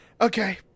Okay